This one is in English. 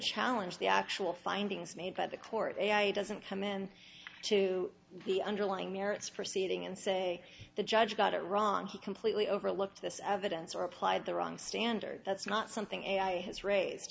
challenge the actual findings made by the court doesn't come in to the underlying merits proceeding and say the judge got it wrong he completely overlooked this evidence or applied the wrong standard that's not something ai has ra